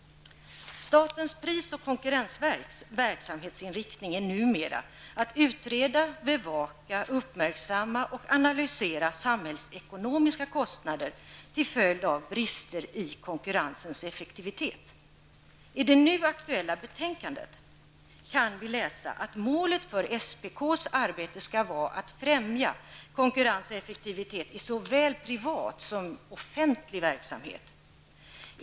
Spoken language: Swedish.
Statens pris och konkurrensverks verksamhetsinriktning är numera att utreda, bevaka, uppmärksamma och analysera samhällsekonomiska kostnader till följd av brister i konkurrensens effektivitet. I det nu aktuella betänkandet kan vi läsa att målet för SPKs arbete skall vara att främja konkurrens och effektivitet i såväl privat som offentlig verksamhet.